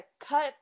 cut